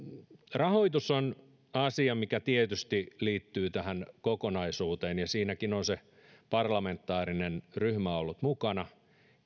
rahoitus on asia mikä tietysti liittyy tähän kokonaisuuteen ja siinäkin on se parlamentaarinen ryhmä ollut mukana